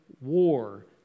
war